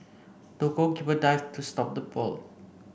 the goalkeeper dived to stop the ball